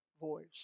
voice